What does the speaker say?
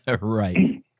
Right